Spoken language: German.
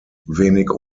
wenig